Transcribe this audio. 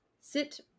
Sit